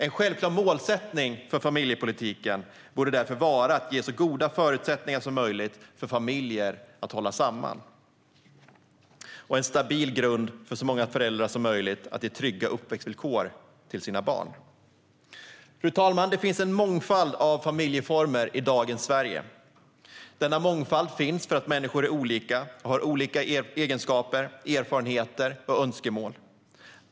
En självklar målsättning för familjepolitiken borde därför vara att ge så goda förutsättningar som möjligt för familjer att hålla samman och vara en stabil grund för så många föräldrar som möjligt att ge trygga uppväxtvillkor till sina barn. Fru talman! Det finns mångfald av familjeformer i dagens Sverige. Denna mångfald finns för att människor är olika, har olika egenskaper, erfarenheter och önskemål.